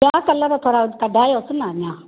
ॿिया कलर थोरा कढायोसि न अञा